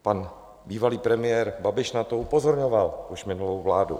Pan bývalý premiér Babiš na to upozorňoval už minulou vládu.